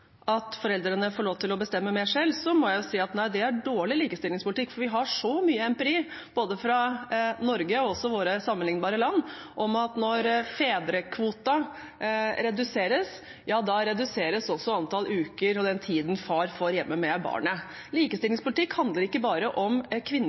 at foreldrene får lov til å bestemme mer selv, må jeg si at nei, det er dårlig likestillingspolitikk. Vi har så mye empiri, både fra Norge og fra sammenlignbare land, om at når fedrekvoten reduseres, da reduseres også antall uker og den tiden far får hjemme med barnet.